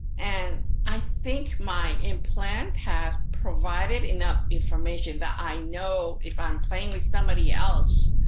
and i think my implant have provided enough information that i know if i'm playing with somebody else